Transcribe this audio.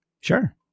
sure